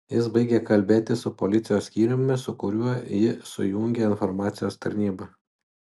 jis baigė kalbėti su policijos skyriumi su kuriuo jį sujungė informacijos tarnyba